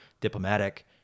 diplomatic